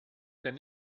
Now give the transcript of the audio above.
denn